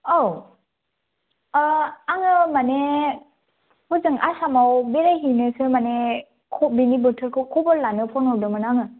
औ आङो माने हजों आसामाव बेरायहैनोसो माने बिनि बोथोरखौ खबर लानो फन हरदोंमोन आङो